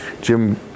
Jim